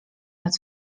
nad